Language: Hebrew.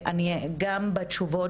אני עוברת על ההיסטוריה: בתשובות